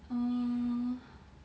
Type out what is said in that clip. err